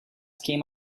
came